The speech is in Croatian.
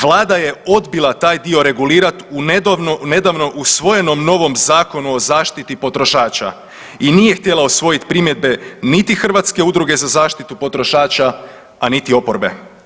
Vlada je odbila taj dio regulirati u nedavno usvojenom novom Zakonu o zaštiti potrošača i nije htjela usvojiti primjedbe niti Hrvatske udruge za zaštitu potrošača, a niti oporbe.